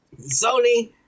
Sony